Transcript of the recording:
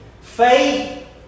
Faith